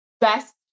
best